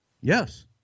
Yes